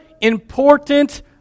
important